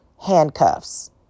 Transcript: handcuffs